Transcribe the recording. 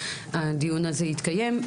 שהדיון הזה מתקיים,